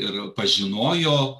ir pažinojo